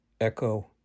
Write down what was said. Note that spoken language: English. echo